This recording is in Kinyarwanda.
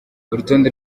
urutonde